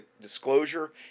disclosure